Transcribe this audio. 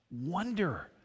wonder